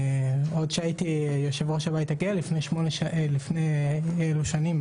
עוד כשהייתי יושב ראש הבית הגאה לפני אלו שנים,